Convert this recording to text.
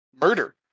murder